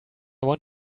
want